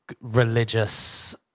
religious